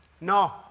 No